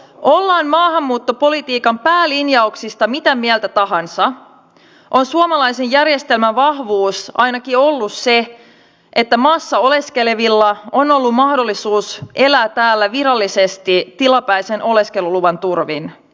ollaan maahanmuuttopolitiikan päälinjauksista mitä mieltä tahansa on suomalaisen järjestelmän vahvuus ainakin ollut se että maassa oleskelevilla on ollut mahdollisuus elää täällä virallisesti tilapäisen oleskeluluvan turvin